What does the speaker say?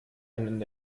einen